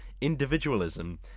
individualism